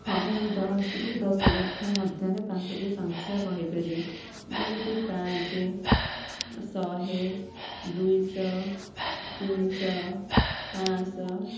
ହଁ ମୁଁ ଦଶ ରୁ ଦଶ ଲକ୍ଷ ମଧ୍ୟରେ ପାଞ୍ଚଟି ସଂଖ୍ୟା କହି ପାରିବି ଯେମିତି ପାଞ୍ଚ ଶହେ ଦୁଇଶହ ତିନିଶହ ପାଞ୍ଚଶହ